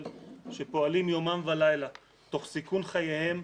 שפועלים יומם ולילה תוך סיכון חייהם,